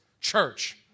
church